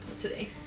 today